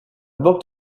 booked